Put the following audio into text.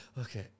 Okay